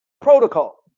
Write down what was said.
protocol